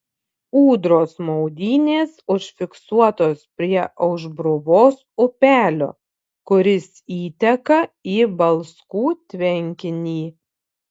ūdros maudynės užfiksuotos prie aušbruvos upelio kuris įteka į balskų tvenkinį